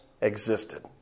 existed